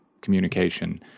communication